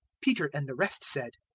peter and the rest said,